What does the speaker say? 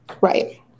Right